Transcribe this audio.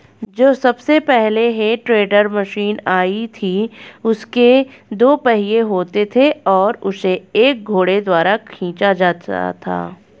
जो सबसे पहले हे टेडर मशीन आई थी उसके दो पहिये होते थे और उसे एक घोड़े द्वारा खीचा जाता था